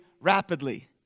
rapidly